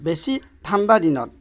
বেছি ঠাণ্ডা দিনত